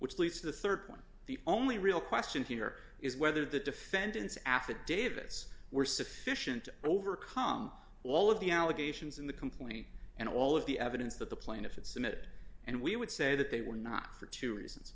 which leads to the rd point the only real question here is whether the defendant's affidavits were sufficient overcome all of the allegations in the complaint and all of the evidence that the plaintiff it submitted and we would say that they were not for two reasons